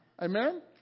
Amen